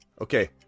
Okay